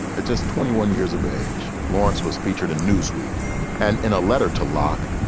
ah just twenty one years of age, lawrence was featured in newsweek and in a letter to lock,